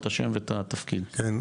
בבקשה.